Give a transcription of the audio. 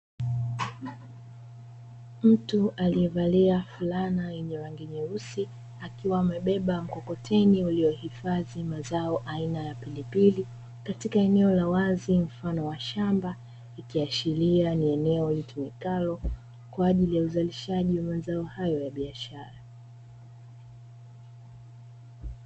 Mtu aliyevalia fulana yenye rangi nyeusi akiwa amebeba mkokoteni uliohifadhi mazao aina ya pilipili katika eneo la wazi mfano wa shamba, ikiashiria ni eneo litumikalo kwa ajili ya uzalishaji wa mazao hayo ya biashara.